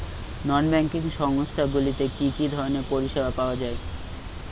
নন banking সংস্থা গুলিতে কি কি ধরনের পরিসেবা পাওয়া য়ায়?